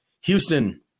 Houston